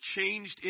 changed